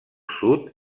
sud